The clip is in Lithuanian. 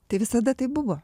tai visada taip buvo